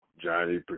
Johnny